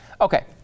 Okay